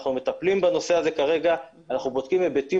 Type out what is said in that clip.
אנחנו מטפלים בנושא הזה כרגע ובודקים היבטים